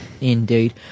Indeed